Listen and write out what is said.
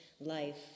life